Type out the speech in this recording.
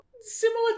similar